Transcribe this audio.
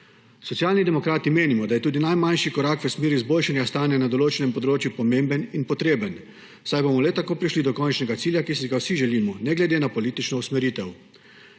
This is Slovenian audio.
Socialni demokrati menimo, da tudi je tudi najmanjši korak v smeri izboljšanja stanja na določenem področju pomemben in potreben, saj bomo le tako prišli do končnega cilja, ki si ga vsi želimo, ne glede na politično usmeritev.